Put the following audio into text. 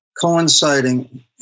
coinciding